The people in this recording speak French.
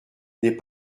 n’est